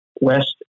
West